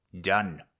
Done